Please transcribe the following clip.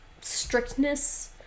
strictness